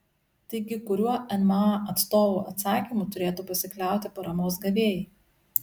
taigi kuriuo nma atstovų atsakymu turėtų pasikliauti paramos gavėjai